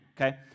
Okay